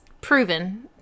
proven